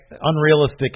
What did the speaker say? unrealistic